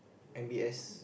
M_B_S